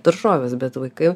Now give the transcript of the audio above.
daržovės bet vaikai